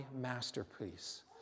masterpiece